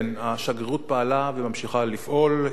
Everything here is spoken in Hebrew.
כן, השגרירות פעלה וממשיכה לפעול.